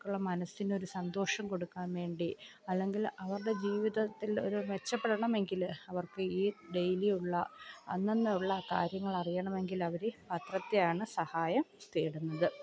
അവർക്കുള്ള മനസ്സിനൊരു സന്തോഷം കൊടുക്കാൻ വേണ്ടി അല്ലെങ്കിൽ അവരുടെ ജീവിതത്തിൽ ഒരു മെച്ചപ്പെടണമെങ്കിൽ അവർക്ക് ഈ ഡെയിലി ഉള്ള അന്നന്ന് ഉള്ള കാര്യങ്ങളറിയണമെങ്കിൽ അവർ പത്രത്തെയാണ് സഹായം തേടുന്നത്